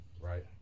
right